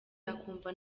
akumva